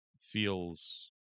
Feels